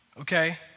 okay